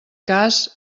cas